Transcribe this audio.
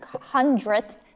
hundredth